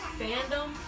fandom